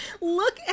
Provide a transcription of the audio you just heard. look